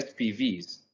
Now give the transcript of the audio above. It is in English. SPVs